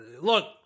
Look